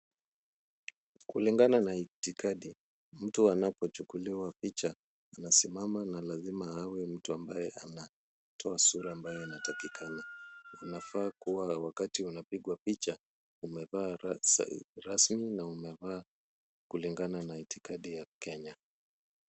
Kulingana na itikadi, mtu anapochukuliwa picha, anasimama na lazima awe mtu ambaye anatoa sura ambaye anatakikana. Unafaa kuwa wakati unapigwa picha, umevaa rasmi na umevaa kulingana na itikadi ya Kenya.